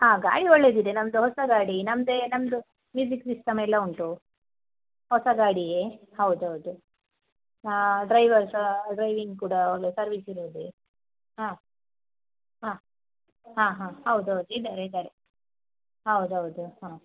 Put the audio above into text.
ಹಾಂ ಗಾಡಿ ಒಳ್ಳೆಯದಿದೆ ನಮ್ಮದು ಹೊಸ ಗಾಡಿ ನಮ್ಮದೇ ನಮ್ಮದು ಮ್ಯೂಸಿಕ್ ಸಿಸ್ಟಮ್ಮೆಲ್ಲ ಉಂಟು ಹೊಸ ಗಾಡಿಯೇ ಹೌದೌದು ಡ್ರೈವರ್ ಸಹ ಡ್ರೈವಿಂಗ್ ಕೂಡ ಒಳ್ಳೆಯ ಸರ್ವಿಸ್ ಇರೋದೇ ಹಾಂ ಹಾಂ ಹಾಂ ಹಾಂ ಹೌದೌದು ಇದ್ದಾರೆ ಇದ್ದಾರೆ ಹೌದೌದು ಹಾಂ